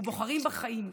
בוחרים בחיים,